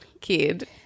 kid